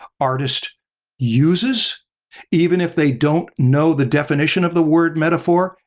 artist uses even if they don't know the definition of the word metaphor,